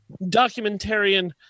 documentarian